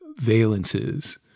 valences